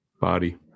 body